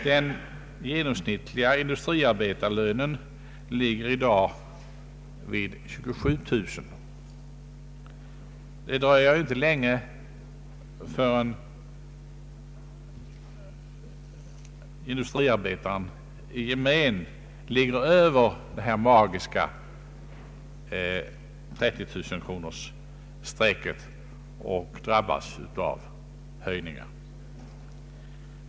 Den genomsnittliga industriarbetarlönen ligger i dag vid 27 000 kronor. Det dröjer inte länge förrän industriarbetarna i gemen kommer över detta magiska 30 000-kronorsstreck och drabbas av skattehöjningar.